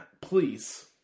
Please